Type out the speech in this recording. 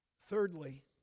Thirdly